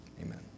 Amen